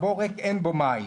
הבור ריק, אין בו מים.